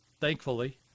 thankfully